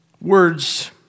Words